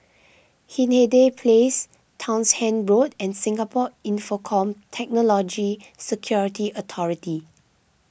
Hindhede Place Townshend Road and Singapore Infocomm Technology Security Authority